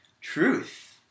Truth